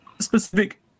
specific